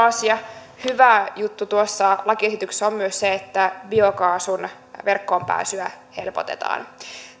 asia hyvä juttu tuossa lakiesityksessä on myös se että biokaasun verkkoon pääsyä helpotetaan